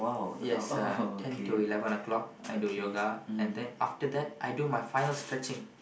yes uh ten to eleven o-clock I do yoga and then after that I do my final stretching